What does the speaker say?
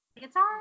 guitar